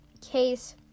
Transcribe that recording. case